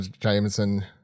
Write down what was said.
Jameson